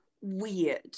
weird